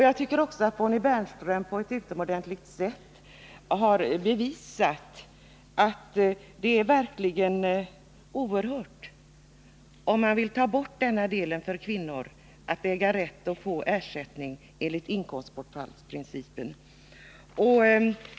Jag tycker också att Bonnie Bernström på ett utomordentligt sätt visat att det är oerhört att man vill ta bort rätten för kvinnor att få ersättning enligt inkomstbortfallsprincipen.